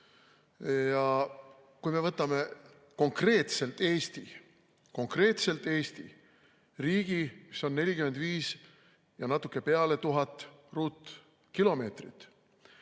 Kui me võtame konkreetselt Eesti – konkreetselt Eesti –, riigi, mis on 45 ja natuke peale tuhat ruutkilomeetrit,